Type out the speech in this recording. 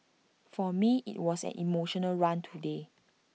for me IT was an emotional run today